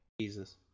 Jesus